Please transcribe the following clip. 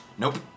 Nope